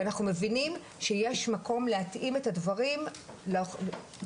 ואנחנו מבינים שיש מקום להתאים את הדברים תרבותית,